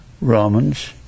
Romans